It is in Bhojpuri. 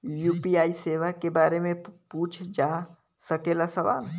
यू.पी.आई सेवा के बारे में पूछ जा सकेला सवाल?